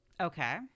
Okay